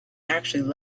actually